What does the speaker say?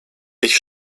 ich